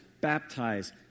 baptize